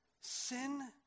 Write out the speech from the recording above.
Sin